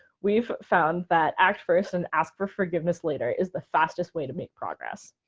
we've found that act first and ask for forgiveness later is the fastest way to make progress.